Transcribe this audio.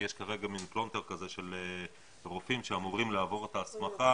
כי יש כרגע מין פלונטר כזה של רופאים שאמורים לעבור את ההסמכה,